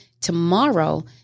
tomorrow